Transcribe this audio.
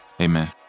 Amen